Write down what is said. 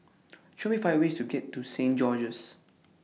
Show Me five ways to get to Saint George's